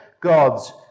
God's